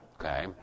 Okay